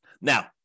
Now